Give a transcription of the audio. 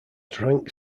drank